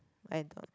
I don't